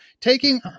taking